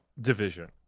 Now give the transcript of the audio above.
division